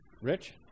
Rich